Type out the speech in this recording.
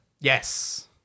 Yes